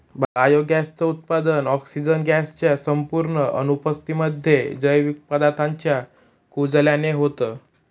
biogas च उत्पादन, oxygen gas च्या संपूर्ण अनुपस्थितीमध्ये, जैविक पदार्थांच्या कुजल्याने होतं